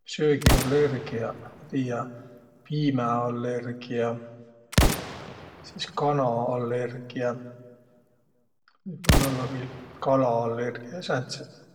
Söögiallergiäq ma tiiä: piimäallergiä, sis kanaallergiä, nüüd või ollaq viil kalaallergiä ja sääntseq.